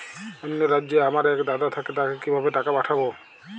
অন্য রাজ্যে আমার এক দাদা থাকে তাকে কিভাবে টাকা পাঠাবো?